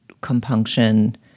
compunction